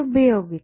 ഉപയോഗിച്ച്